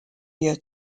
year